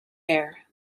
air